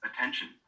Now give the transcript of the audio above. attention